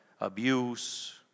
abuse